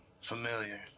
Familiar